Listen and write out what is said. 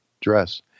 dress